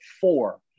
four